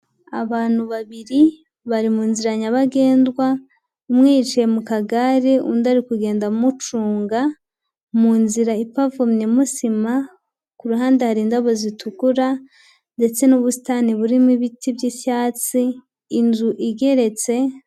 Abantu babiri bari mu nzira nyabagendwa, umwe yicaye mu kagare, undi ari kugenda amucunga mu nzira ipavomyemo sima, ku ruhande hari indabo zitukura ndetse n'ubusitani burimo ibiti by'icyatsi. Inzu igeretse.